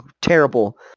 terrible